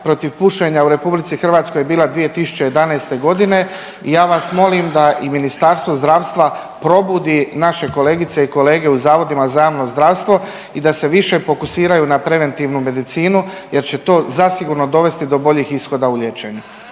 protiv pušenja u RH je bila 2011.g. i ja vas molim da i Ministarstvo zdravstva probudi naše kolegice i kolege u Zavodima za javno zdravstvo i da se više fokusiraju na preventivnu medicinu jer će to zasigurno dovesti do boljih ishoda u liječenju,